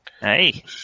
Hey